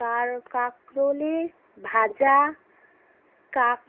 কার কাঁকরোলের ভাজা কাক